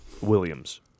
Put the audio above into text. Williams